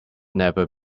never